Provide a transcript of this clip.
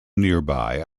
nearby